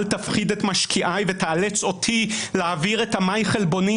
אל תפחיד את משקיעיי ותאלץ אותי להעביר את ה-אמאי חלבונים